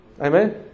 Amen